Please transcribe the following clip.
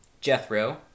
Jethro